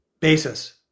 basis